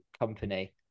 company